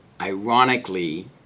ironically